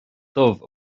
dubh